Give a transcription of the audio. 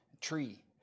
tree